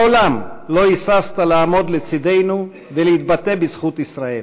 מעולם לא היססת לעמוד לצדנו ולהתבטא בזכות ישראל.